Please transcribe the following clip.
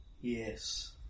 Yes